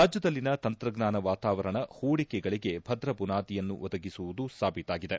ರಾಜ್ಯದಲ್ಲಿನ ತಂತ್ರಜ್ವಾನ ವಾತಾವರಣ ಪೂಡಿಕೆಗಳಿಗೆ ಭದ್ರಬುನಾದಿಯನ್ನು ಒದಗಿಸುವುದು ಸಾಬೀತಾಗಿದೆ